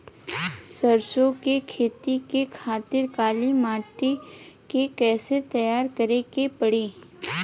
सरसो के खेती के खातिर काली माटी के कैसे तैयार करे के पड़ी?